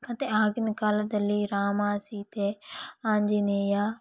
ಮತ್ತೆ ಆಗಿನ ಕಾಲದಲ್ಲಿ ರಾಮ ಸೀತೆ ಆಂಜನೇಯ